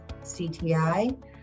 CTI